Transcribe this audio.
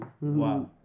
Wow